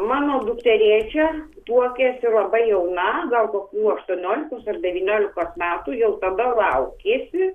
mano dukterėčia tuokiasi labai jauna galbūt nuo aštuoniolikos ar devyniolikos metų jau tada laukėsi